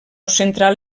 central